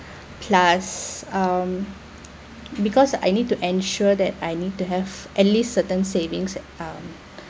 plus um because I need to ensure that I need to have at least certain savings at our